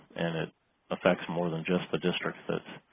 and it affects more than just the districts that